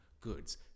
goods